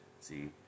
See